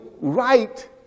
right